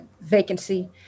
vacancy